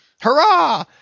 Hurrah